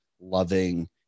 loving